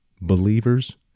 Believers